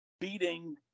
beating